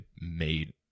made